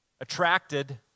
attracted